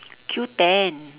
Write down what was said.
Q ten